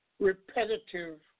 Repetitive